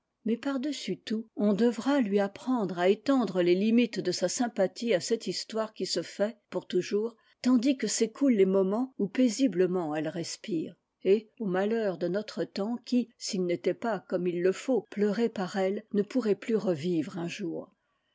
mais par-dessus tout on devra lui apprendre à étendre les limites de sa sympathie à cette histoire qui se fait pour toujours tandis que s'écou t lent les moments où paisiblement elle respire et aux malheurs de notre temps qui s'ils n'étaient pas comme il le faut pleurés par elle ne pourraient plus revivre un jour